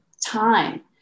time